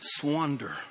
swander